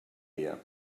dia